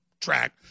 track